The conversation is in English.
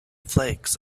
flakes